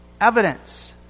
evidence